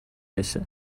بشه